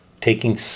taking